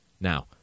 Now